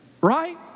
right